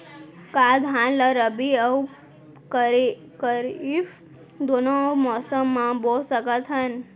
का धान ला रबि अऊ खरीफ दूनो मौसम मा बो सकत हन?